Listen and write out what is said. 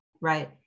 right